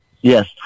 Yes